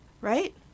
right